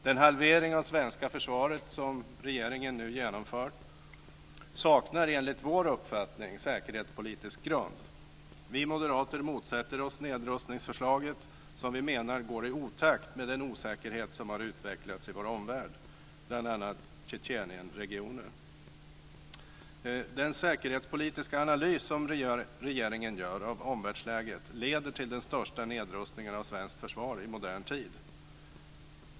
Den halvering av svenska försvaret som regeringen nu genomför saknar enligt vår uppfattning säkerhetspolitisk grund. Vi moderater motsätter oss nedrustningsförslaget, som vi menar går i otakt med den osäkerhet som har utvecklats i vår omvärld, bl.a. Tjetjenienregionen. Den säkerhetspolitiska analys som regeringen gör av omvärldsläget leder till den största nedrustningen av svenskt försvar i modern tid.